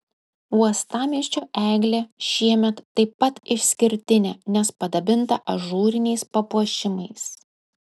uostamiesčio eglė šiemet taip pat išskirtinė nes padabinta ažūriniais papuošimais